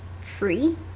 free